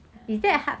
ya